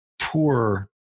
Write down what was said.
poor